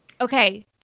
okay